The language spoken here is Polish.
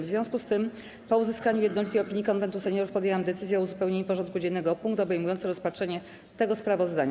W związku z tym, po uzyskaniu jednolitej opinii Konwentu Seniorów, podjęłam decyzję o uzupełnieniu porządku dziennego o punkt obejmujący rozpatrzenie tego sprawozdania.